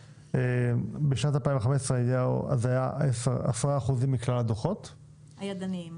הנתונים הם: בשנת 2015 היו 10 אחוזים ממכלל הדוחות הידניים.